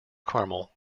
carmel